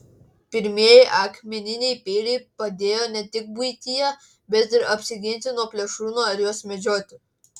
pirmieji akmeniniai peiliai padėjo ne tik buityje bet ir apsiginti nuo plėšrūnų ar juos medžioti